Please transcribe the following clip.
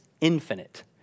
infinite